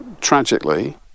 tragically